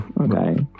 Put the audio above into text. okay